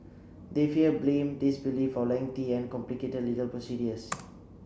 they fear blame disbelief or lengthy and complicated legal procedures